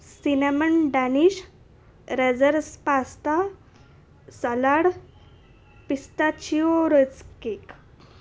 cinnamon Danish रेझर्स pasta salad पिस्ता चिओरोस् केक